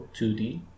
2D